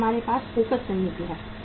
फिर हमारे पास फोकस रणनीति है